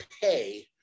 pay